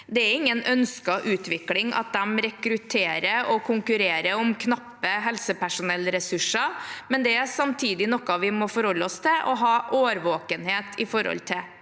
Det er ingen ønsket utvikling at de rekrutterer og konkurrerer om knappe helsepersonellressurser, men det er samtidig noe vi må forholde oss til og være årvåkne overfor.